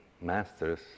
masters